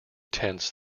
tense